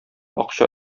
акча